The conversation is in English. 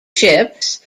ships